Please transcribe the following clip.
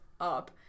up